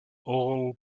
all